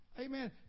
Amen